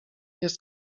jest